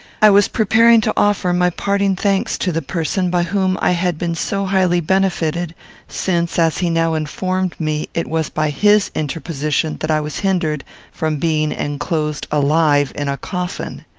i was preparing to offer my parting thanks to the person by whom i had been so highly benefited since, as he now informed me, it was by his interposition that i was hindered from being enclosed alive in a coffin.